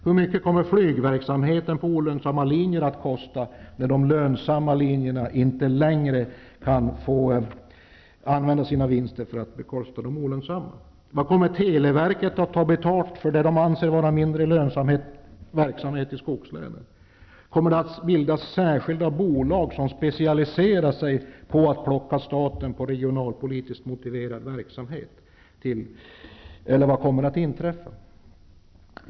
Hur mycket kommer flygverksamheten på olönsamma linjer att kosta när de lönsamma linjerna inte längre får använda sina vinster för att bekosta de olönsamma? Vad kommer televerket att ta betalt för det som det anser vara mindre lönsam verksamhet i skogslänen? Kommer det att bildas särskilda bolag som specialiserar sig på att plocka staten på regionalpolitiskt motiverad verksamhet, eller vad kommer att inträffa?